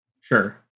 Sure